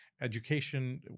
education